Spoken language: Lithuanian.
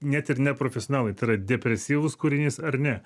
net ir ne profesionalui tai yra depresyvus kūrinys ar ne